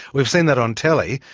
we've seen that on telly.